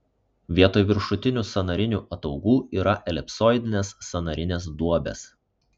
vietoj viršutinių sąnarinių ataugų yra elipsoidinės sąnarinės duobės